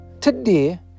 Today